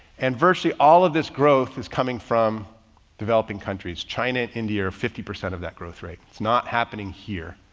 and virtually all of this growth is coming from developing countries. china, india are fifty percent of that growth rate. it's not happening here.